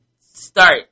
start